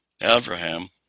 Abraham